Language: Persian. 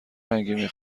رنگی